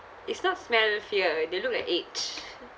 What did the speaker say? it's not smell fear they look at age